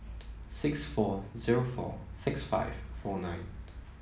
six four zero four six five four nine